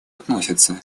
относится